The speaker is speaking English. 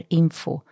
info